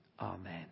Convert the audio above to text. Amen